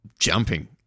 Jumping